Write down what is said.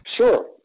Sure